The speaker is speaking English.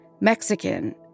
Mexican